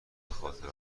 بخاطر